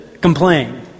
complain